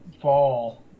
fall